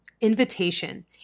invitation